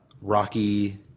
Rocky